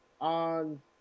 on